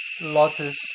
lotus